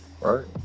right